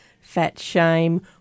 fat-shame